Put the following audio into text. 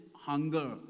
hunger